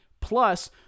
Plus